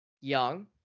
Young